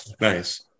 Nice